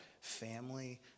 family